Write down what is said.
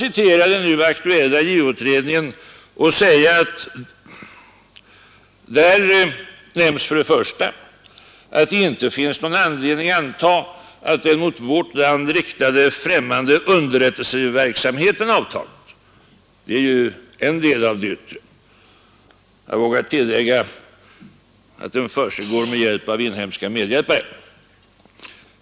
I den nu aktuella JO-utredningen sägs för det första att det inte finns någon anledning anta att den mot vårt land riktade främmande underrättelseverksamheten avtar. Detta är en del av den yttre risken — jag vågar tillägga att den verksamheten försigår med bistånd av inhemska medhjälpare.